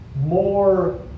more